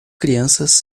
crianças